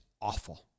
awful